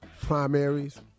primaries